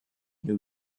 new